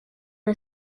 the